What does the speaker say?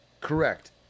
Correct